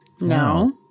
No